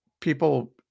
people